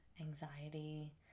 anxiety